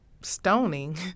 stoning